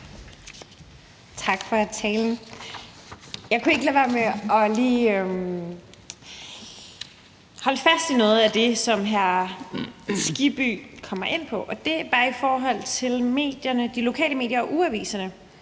Tak for talen. Jeg kan ikke lade være med lige at holde fast i noget af det, som hr. Hans Kristian Skibby kom ind på, og det var i forhold til de lokale medier og ugeaviserne.